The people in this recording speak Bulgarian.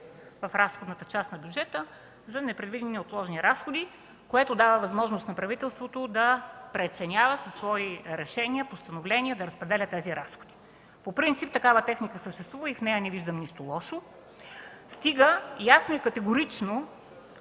в разходната част на бюджета – за непредвидени и неотложни разходи, което дава възможност на правителството да преценява със свои решения и постановления да разпределя тези разходи. По принцип такава техника съществува и в нея не виждам нищо лошо, стига ясно и категорично,